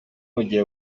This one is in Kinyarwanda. bugira